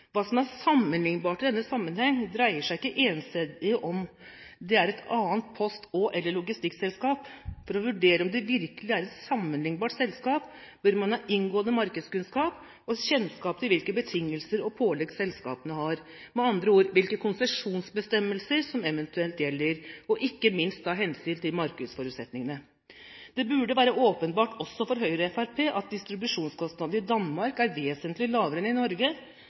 Hva som er sammenlignbart i denne sammenheng, dreier seg ikke ensidig om det er et annet post- og/eller logistikkselskap. For å vurdere om det virkelig er et sammenlignbart selskap, bør man ha inngående markedskunnskap og kjennskap til hvilke betingelser og pålegg selskapene har, med andre ord hvilke konsesjonsbestemmelser som eventuelt gjelder, og ikke minst ta hensyn til markedsforutsetningene. Det burde være åpenbart også for Høyre og Fremskrittspartiet at distribusjonskostnadene i Danmark er vesentlig lavere enn i Norge,